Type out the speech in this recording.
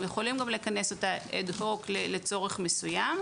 הם יכולים לכנס אד הוק לצורך מסוים.